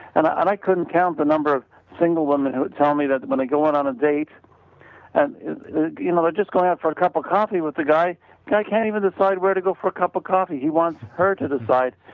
and i couldn't count the number of single woman who would tell me that when i go on a date and you know they're just going out for a cup of coffee with the guy, guy can't even decide where to go for a cup of coffee, he wants her to decide.